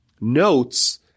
notes